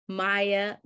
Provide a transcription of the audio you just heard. maya